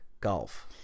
golf